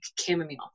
chamomile